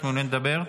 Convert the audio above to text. את מעוניינת לדבר?